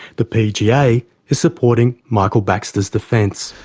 the pga is supporting michael baxter's defence.